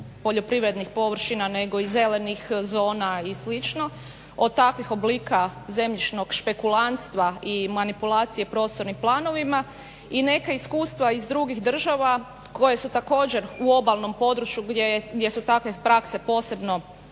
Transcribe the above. poljoprivrednih površina nego i zelenih zona i slično od takvih oblika zemljišnog špekulanstva i manipulacije prostornim planovima i neka iskustva iz drugih država koje su također u obalnom području gdje su takve prakse posebno